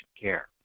care